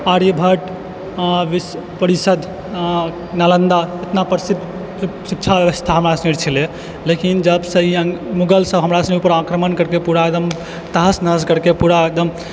आर्यभट्ट आ विश्व परिषद नालन्दा इतना प्रसिद्ध शिक्षा व्यवस्था हमरा सबके छलै लेकिन जब सऽ ई मुग़ल सब हमरा सब ऊपर आक्रमण केलकै पूरा एकदम तहस नहस करि के पूरा एकदम